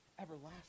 everlasting